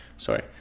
Sorry